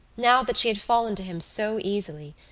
now that she had fallen to him so easily,